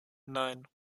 nein